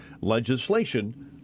legislation